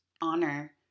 honor